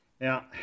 Now